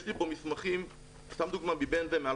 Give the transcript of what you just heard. יש לי פה מסמכים מ-BMV, סתם לדוגמה, מ-2016,